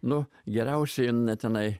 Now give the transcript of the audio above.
nu geriausiai tenai